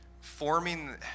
forming